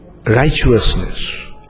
righteousness